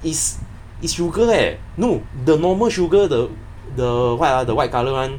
it's it's sugar leh no the normal sugar the the what ah the white colour [one]